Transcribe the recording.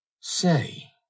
Say